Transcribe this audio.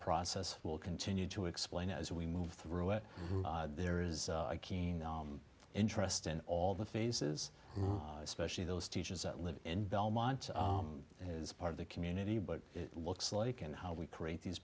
process will continue to explain as we move through it there is a keen interest in all the faces especially those teachers that live in belmont it's part of the community but it looks like and how we create these